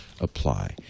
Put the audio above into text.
apply